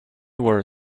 were